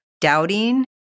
doubting